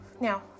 Now